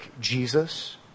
Jesus